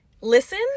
listen